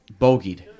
bogeyed